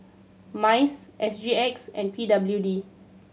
MICE S G X and P W D